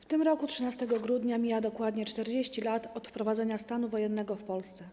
W tym roku 13 grudnia mija dokładnie 40 lat od wprowadzenia stanu wojennego w Polsce,